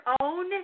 own